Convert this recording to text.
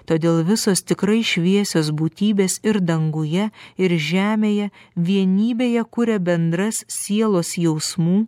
todėl visos tikrai šviesios būtybės ir danguje ir žemėje vienybėje kuria bendras sielos jausmų